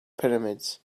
pyramids